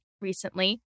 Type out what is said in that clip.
recently